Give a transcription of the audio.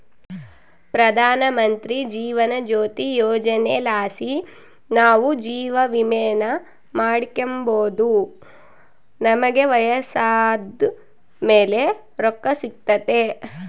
ಪ್ರಧಾನಮಂತ್ರಿ ಜೀವನ ಜ್ಯೋತಿ ಯೋಜನೆಲಾಸಿ ನಾವು ಜೀವವಿಮೇನ ಮಾಡಿಕೆಂಬೋದು ನಮಿಗೆ ವಯಸ್ಸಾದ್ ಮೇಲೆ ರೊಕ್ಕ ಸಿಗ್ತತೆ